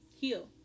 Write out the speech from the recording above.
heal